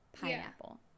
pineapple